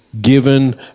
given